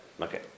Okay